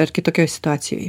ar kitokioj situacijoj